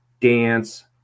dance